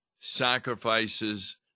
sacrifices